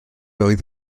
oedd